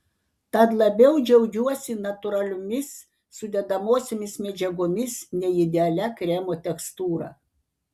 tad labiau džiaugiuosi natūraliomis sudedamosiomis medžiagomis nei idealia kremo tekstūra